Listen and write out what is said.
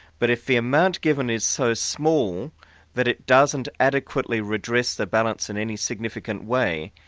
but if the amount given is so small that it doesn't adequately redress the balance in any significant way,